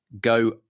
go